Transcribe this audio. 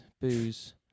booze